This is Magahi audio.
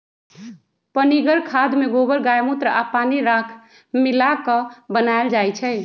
पनीगर खाद में गोबर गायमुत्र आ पानी राख मिला क बनाएल जाइ छइ